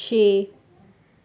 ਛੇ